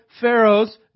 Pharaoh's